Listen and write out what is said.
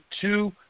two